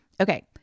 Okay